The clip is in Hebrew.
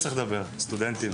סטודנטים